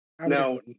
Now